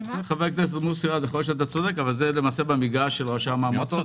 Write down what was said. יכול להיות שאתה צודק אבל זה במגרש של רשם העמותות,